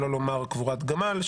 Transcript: שלא לומר קבורת גמל,